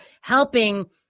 helping